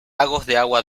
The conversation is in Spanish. agua